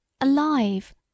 alive